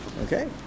Okay